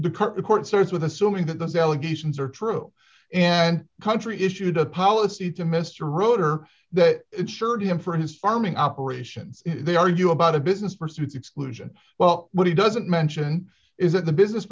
the the court starts with assuming that those allegations are true and country issued a policy to mr roeder that insured him for his farming operations they argue about a business pursuits exclusion well but he doesn't mention is that the business